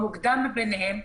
המוקדם מביניהם,